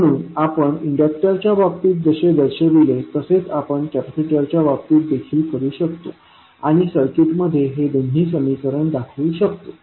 म्हणून आपण इंडक्टरच्या बाबतीत जसे दर्शविले तसेच आपण कॅपेसिटरच्या बाबतीत देखील करू शकतो आणि सर्किटमध्ये हे दोन्ही समीकरण दाखवु शकतो